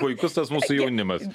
puikus tas mūsų jaunimas